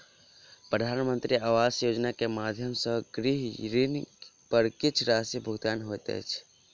प्रधानमंत्री आवास योजना के माध्यम सॅ गृह ऋण पर किछ राशि भुगतान होइत अछि